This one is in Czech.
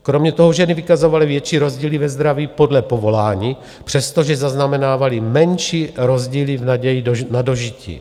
Kromě toho ženy vykazovaly větší rozdíly ve zdraví podle povolání, přestože zaznamenávaly menší rozdíly v naději na dožití.